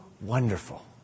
wonderful